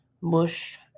mush